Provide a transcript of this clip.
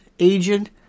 agent